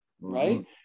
Right